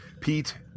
Pete